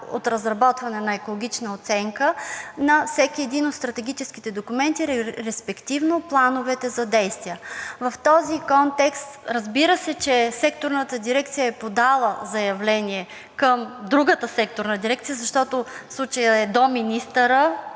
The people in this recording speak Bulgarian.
от разработване на екологична оценка на всеки един от стратегическите документи, респективно плановете за действие. В този контекст, разбира се, че секторната дирекция е подала заявление към другата секторна дирекция, защото в случая е до министъра